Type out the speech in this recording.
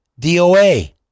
DOA